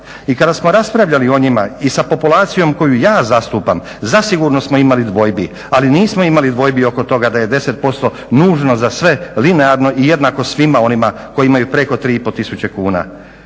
i kada smo raspravljali o njima i sa populacijom koju ja zastupam zasigurno smo imali dvojbi ali nismo imali dvojbi oko toga da je 10% nužno za sve linearno i jednako svima onima koji imaju preko 3.500 kuna,